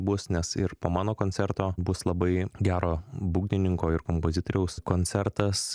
bus nes ir po mano koncerto bus labai gero būgnininko ir kompozitoriaus koncertas